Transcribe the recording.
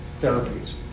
therapies